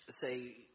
say